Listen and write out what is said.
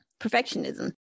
perfectionism